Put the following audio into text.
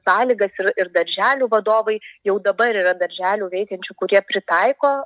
sąlygas ir ir darželių vadovai jau dabar yra darželių veikiančių kurie pritaiko